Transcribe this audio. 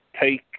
take